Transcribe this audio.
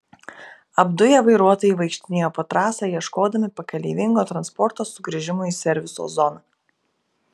apduję vairuotojai vaikštinėjo po trasą ieškodami pakeleivingo transporto sugrįžimui į serviso zoną